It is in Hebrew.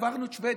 עברנו את שבדיה.